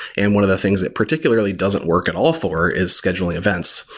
and one of the things that particularly doesn't work at all for is scheduling events.